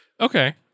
Okay